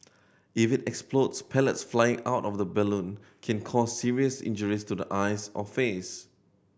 if it explodes pellets flying out of the balloon can cause serious injuries to the eyes or face